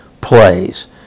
plays